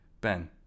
Ben